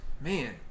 Man